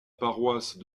paroisse